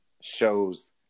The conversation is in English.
shows